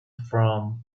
from